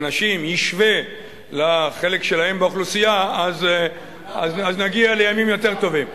ישווה לחלק שלהם באוכלוסייה אז נגיע לימים יותר טובים.